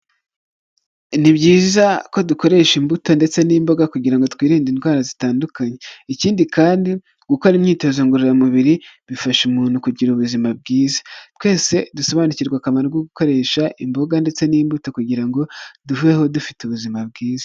Ni byiza ko dukoresha imbuto ndetse n'imboga kugira ngo twirinde indwara zitandukanye. Ikindi kandi gukora imyitozo ngororamubiri, bifasha umuntu kugira ubuzima bwiza. Twese dusobanukirwa akamaro ko gukoresha imboga ndetse n'imbuto kugira ngo dubeho dufite ubuzima bwiza.